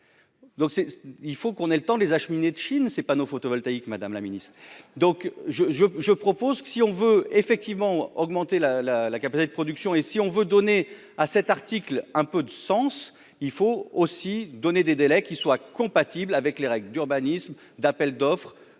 il faut qu'on ait le temps, les acheminer Chine ces panneaux photovoltaïques, Madame la Ministre, donc je, je, je propose que, si on veut effectivement augmenté la la la capacité de production et si on veut donner à cet article un peu de sens, il faut aussi donner des délais qui soit compatible avec les règles d'urbanisme d'appels d'offres,